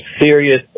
serious